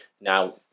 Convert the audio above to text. Now